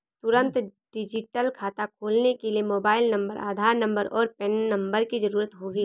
तुंरत डिजिटल खाता खोलने के लिए मोबाइल नंबर, आधार नंबर, और पेन नंबर की ज़रूरत होगी